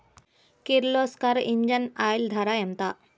Kirloskar engine oil ధర ఎంత?